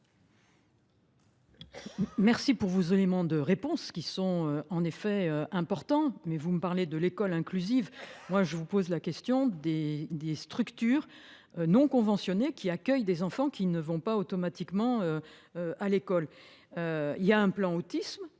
Merci pour vos éléments de réponse, qui sont en effets importants, mais vous me parlez de l’école inclusive ; moi, je vous pose la question des structures non conventionnées accueillant des enfants qui ne vont pas tous à l’école. Il y a bien un plan Autisme,